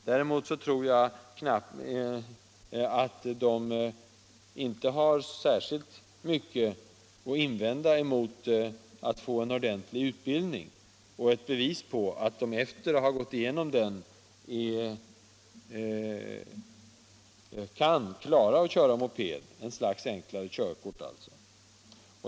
Däremot tror jag inte de har särskilt mycket att invända mot att få en ordentlig utbildning och ett bevis på att de efter att ha gått igenom den klarar att köra moped — ett slags enklare körkort.